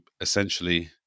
essentially